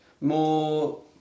more